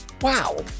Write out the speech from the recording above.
Wow